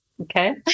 Okay